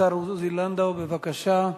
השר עוזי לנדאו, בבקשה.